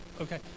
okay